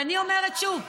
ואני אומרת שוב,